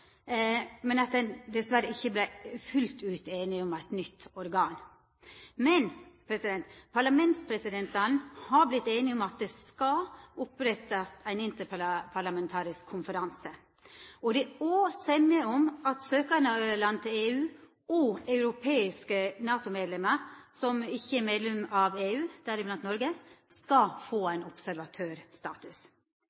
at ein dessverre ikkje vart fullt ut einige om eit nytt organ. Men parlamentspresidentane har vorte einige om at det skal verta oppretta ein interparlamentarisk konferanse. Det er òg semje om at søkjarland til EU og europeiske NATO-medlemmer som ikkje er medlemmer av EU, deriblant Noreg, skal få